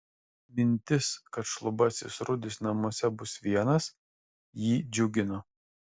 mintis kad šlubasis rudis namuose bus vienas jį džiugino